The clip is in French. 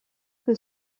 que